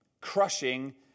crushing